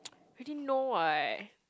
already know what